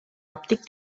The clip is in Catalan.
òptic